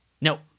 No